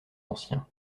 ancien